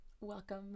Welcome